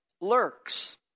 lurks